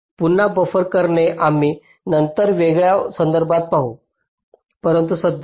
पुन्हा बफर करणे आम्ही नंतर वेगळ्या संदर्भात पाहू परंतु सध्या